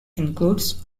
includes